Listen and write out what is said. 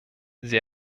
sie